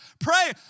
pray